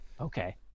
okay